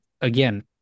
again